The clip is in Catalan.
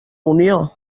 unió